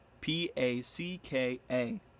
P-A-C-K-A